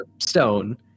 stone